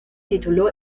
tituló